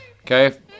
okay